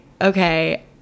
okay